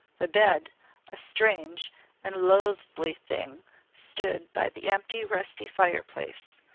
the bed a strange and loathly thing stood by the empty, rusty fireplace.